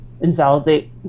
invalidate